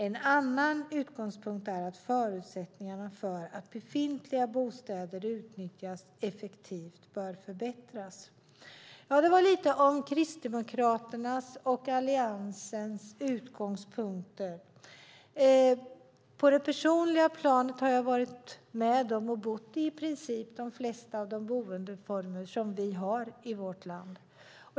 En annan utgångspunkt är att förutsättningarna för att befintliga bostäder utnyttjas effektivt bör förbättras. Det var lite om Kristdemokraternas och Alliansens utgångspunkter. På det personliga planet har jag bott i princip i de flesta av de boendeformer som vi har i vårt land.